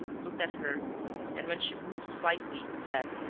looked at her and, when she moved slightly, said